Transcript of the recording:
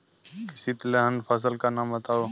किसी तिलहन फसल का नाम बताओ